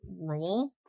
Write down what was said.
role